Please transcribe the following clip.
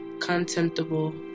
contemptible